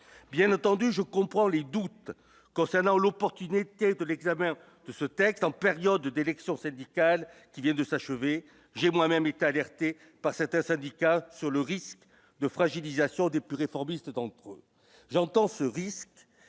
bien entendu, je comprends les doutes concernant l'opportunité de l'examen de ce texte en période d'élections syndicales qui vient de s'achever, j'ai moi-même est alerté pas c'était syndicat sur le risque de fragilisation des plus réformiste d'entre eux, j'entends ce risque